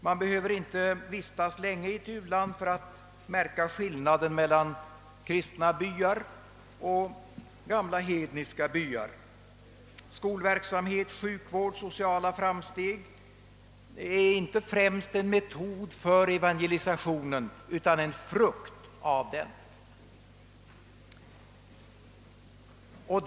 Man behöver inte vistas länge i ett u-land för att märka skillnaden mellan kristna byar och gamla hedniska byar. Skolverksamhet, sjukvård och sociala framsteg är inte främst en metod för evangelisationen, utan snarare en frukt av denna.